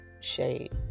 shade